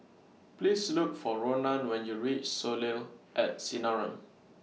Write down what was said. Please Look For Ronan when YOU REACH Soleil At Sinaran